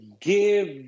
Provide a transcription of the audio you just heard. give